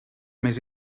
més